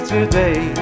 Today